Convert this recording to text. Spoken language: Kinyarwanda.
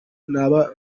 naba